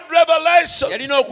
revelation